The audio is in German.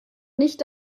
nicht